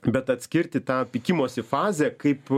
bet atskirti tą pykimosi fazę kaip